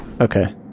Okay